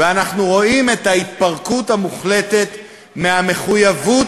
ואנחנו רואים את ההתפרקות המוחלטת מהמחויבות